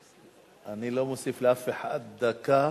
אני לא מוסיף לאף אחד דקה,